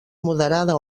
moderada